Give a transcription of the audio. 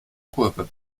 kurve